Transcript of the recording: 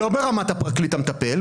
לא ברמת הפרקליט המטפל,